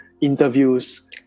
interviews